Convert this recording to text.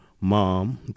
mom